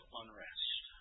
unrest